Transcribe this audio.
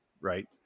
Right